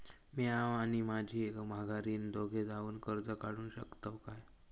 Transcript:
म्या आणि माझी माघारीन दोघे जावून कर्ज काढू शकताव काय?